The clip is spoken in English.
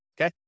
okay